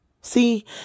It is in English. See